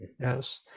yes